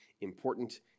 important